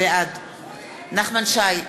בעד נחמן שי,